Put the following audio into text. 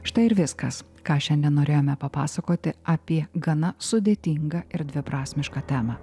štai ir viskas ką šiandien norėjome papasakoti apie gana sudėtingą ir dviprasmišką temą